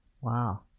wow